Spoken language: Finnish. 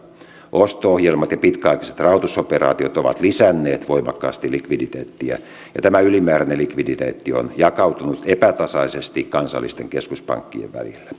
osto ohjelmat ja pitkäaikaiset rahoitusoperaatiot ovat lisänneet voimakkaasti likviditeettiä ja tämä ylimääräinen likviditeetti on jakautunut epätasaisesti kansallisten keskuspankkien välillä